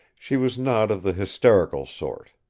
she was not of the hysterical sort.